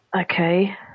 Okay